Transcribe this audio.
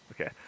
Okay